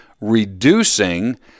reducing